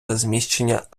розміщення